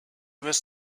was